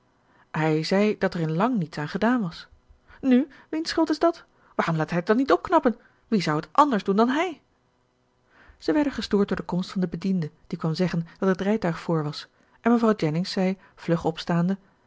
hij zei dat er in lang niets aan gedaan was nu wiens schuld is dat waarom laat hij het dan niet opknappen wie zou het ànders doen dan hij zij werden gestoord door de komst van den bediende die kwam zeggen dat het rijtuig vr was en mevrouw jennings zei vlug opstaande